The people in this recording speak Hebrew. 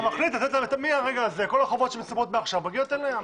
אז אתה מחליט שמרגע מסוים כל החובות שמצטברים מגיעים אליה.